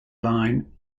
line